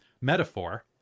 metaphor